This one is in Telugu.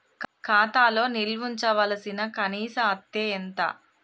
ఖాతా లో నిల్వుంచవలసిన కనీస అత్తే ఎంత?